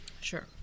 Sure